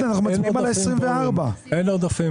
זה 24. העודפים